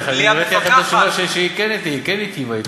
ההפך, הראיתי לכם את התשובה, שהיא כן היטיבה אתם.